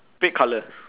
red colour